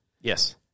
Yes